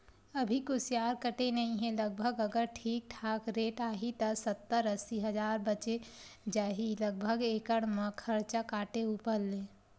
अभी कुसियार कटे नइ हे लगभग अगर ठीक ठाक रेट आही त सत्तर अस्सी हजार बचें जाही लगभग एकड़ म खरचा काटे ऊपर ले